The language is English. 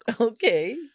Okay